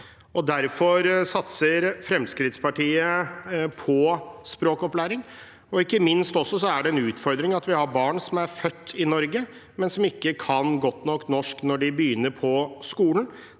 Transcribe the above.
Derfor satser Fremskrittspartiet på språkopplæring. Ikke minst er det en utfordring at vi har barn som er født i Norge, men som ikke kan godt nok norsk når de begynner på skolen.